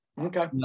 Okay